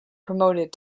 promoted